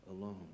alone